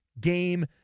Game